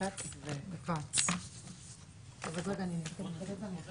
החקיקה הזאת ולכן בוודאי ובוודאי שזה לא נושא חדש,